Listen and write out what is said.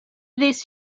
this